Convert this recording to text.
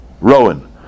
Rowan